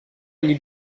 egli